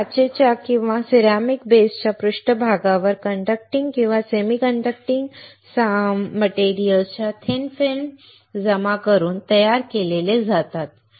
ते काचेच्या किंवा सिरॅमिक बेसच्या पृष्ठभागावर कंडक्टिंग किंवा सेमीकंडक्टिंग सामग्रीच्या थिन फिल्म जमा करून तयार केले जातात